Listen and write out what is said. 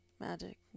magic